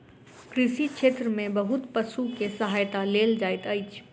कृषि क्षेत्र में बहुत पशु के सहायता लेल जाइत अछि